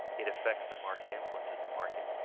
it affects the market, influences the market.